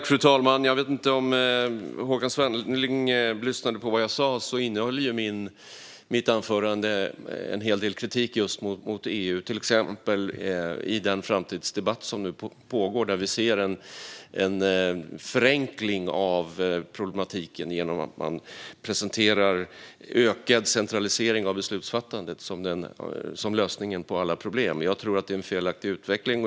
Fru talman! Jag vet inte om Håkan Svenneling lyssnade på vad jag sa, men mitt anförande innehöll en hel del kritik mot EU. Det gällde till exempel den framtidsdebatt som nu pågår, där vi ser en förenkling av problematiken genom att man presenterar ökad centralisering av beslutsfattandet som lösningen på alla problem. Jag tror att det är en felaktig utveckling.